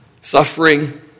suffering